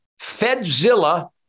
Fedzilla